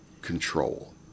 Control